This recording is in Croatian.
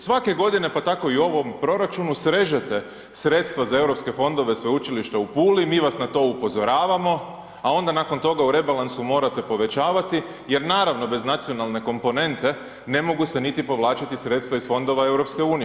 Svake godine pa tako i u ovom proračunu srežete sredstva za europske fondova Sveučilišta u Puli, mi vas na to upozoravamo a onda nakon toga u rebalansu morate povećavati jer naravno bez nacionalne komponente ne mogu se niti povlačiti sredstva iz fondova EU.